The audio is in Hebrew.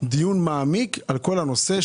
דיון מעמיק על כל הנושא.